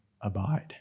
abide